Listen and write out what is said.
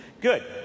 Good